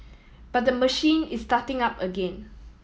but the machine is starting up again